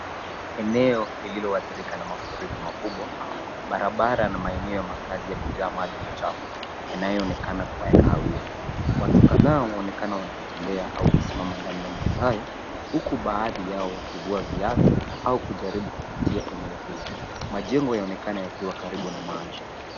Eneo lililoadhirika na mafuriko makubwa. Barabara na maeneo ya makazi yamejaa maji machafu yanayoonekana kuwa kahawia. Watu kadhaa wanaonekana wakitembea au kusimama ndani ya maji hayo huku baadhi yao wakivua viatu au kujaribu kupitia eneo hilo. Majengo yanaonekana karibu na maeneo na maji.